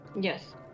Yes